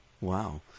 wow